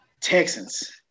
Texans